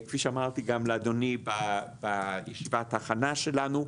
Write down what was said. כפי שאמרתי גם לאדוני בישיבת ההכנה שלנו,